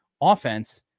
offense